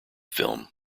film